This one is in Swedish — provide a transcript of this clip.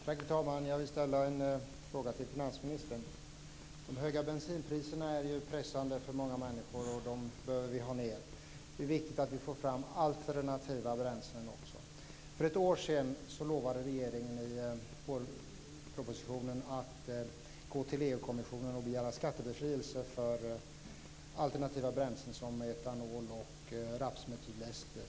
Fru talman! Jag vill ställa en fråga till finansministern. De höga bensinpriserna är ju pressande för många människor. Priserna bör därför sänkas. Det är viktigt att vi får fram alternativa bränslen också. För ett år sedan lovade regeringen i vårpropositionen att den skulle gå till EU-kommissionen och begära skattebefrielse för alternativa bränslen som etanol och rapsmetylester.